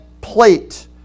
plate